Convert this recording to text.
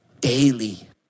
Daily